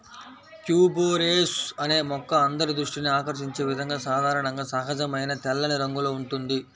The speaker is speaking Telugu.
ట్యూబెరోస్ అనే మొక్క అందరి దృష్టిని ఆకర్షించే విధంగా సాధారణంగా సహజమైన తెల్లని రంగులో ఉంటుంది